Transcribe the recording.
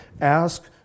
Ask